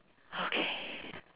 okay